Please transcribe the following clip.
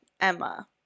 Emma